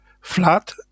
flat